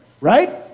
right